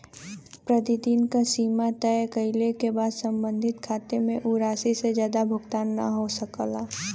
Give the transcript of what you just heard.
प्रतिदिन क सीमा तय कइले क बाद सम्बंधित खाता से उ राशि से जादा भुगतान न हो सकला